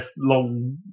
long